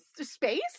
space